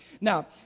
Now